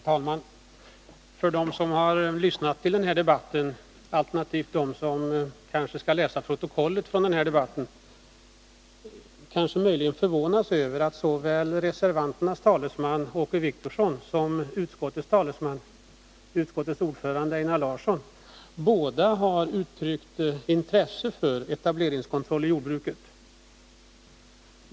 Herr talman! De som har lyssnat på den här debatten, alternativt de som kanske skall läsa protokollet från den här debatten, förvånar sig möjligen över att såväl reservanternas talesman, Åke Wictorsson, som utskottets talesman, utskottets ordförande Einar Larsson, båda har uttryckt intresse för etableringskontroll i jordbruket.